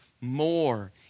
more